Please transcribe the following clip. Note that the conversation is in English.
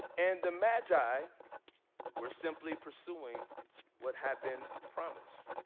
and the magi we're simply pursuing what had been promised.